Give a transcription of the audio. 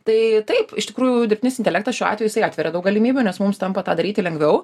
tai taip iš tikrųjų dirbtinis intelektas šiuo atveju jisai atveria daug galimybių nes mums tampa tą daryti lengviau